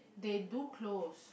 they do close